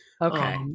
Okay